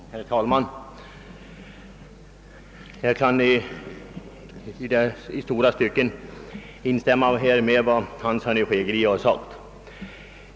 Herr talman! Jag kan i stora stycken instämma med herr Hansson i Skegrie.